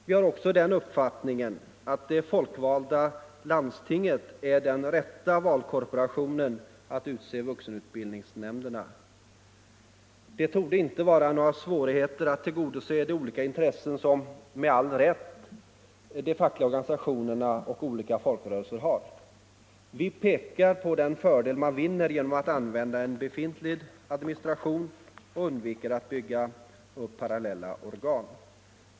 Vi har också den uppfattningen att det folkvalda landstinget är den rätta valkorporationen att utse vuxenutbildningsnämnderna. Det torde inte vara någon svårighet att tillgodose de olika intressen som — med all rätt — de fackliga organisationerna och olika folkrörelser har. Vi pekar på den fördel man vinner genom att använda en befintlig administration —- man undviker t.ex. att bygga parallella organ.